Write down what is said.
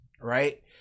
right